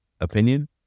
opinion